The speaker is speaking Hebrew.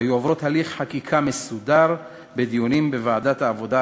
והיו עוברות הליך חקיקה מסודר בדיונים בוועדת העבודה,